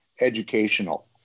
educational